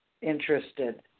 interested